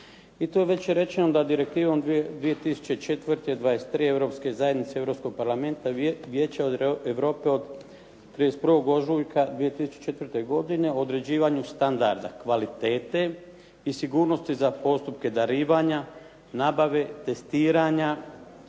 I to je već rečeno da Direktivom 2004. 23. Europske zajednice, Europskog parlamenta Vijeća Europe od 31. ožujka 2004. godine određivanju standarda kvalitete i sigurnosti za postupke darivanja, nabave, testiranja,